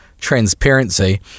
transparency